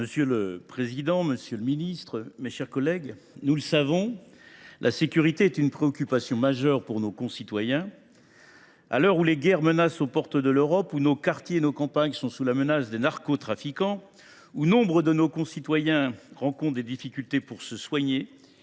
Monsieur le président, monsieur le ministre, mes chers collègues, nous le savons, la sécurité est une préoccupation majeure pour nos concitoyens. À l’heure où les guerres menacent aux portes de l’Europe, où nos quartiers et nos campagnes sont sous l’emprise des narcotrafiquants, où nombre de nos concitoyens rencontrent des difficultés pour se soigner,